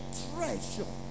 treasure